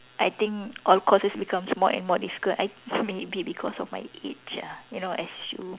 I think all courses becomes more and more difficult I maybe because because of my age ah you know as you